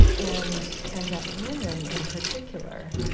and and that women, in particular,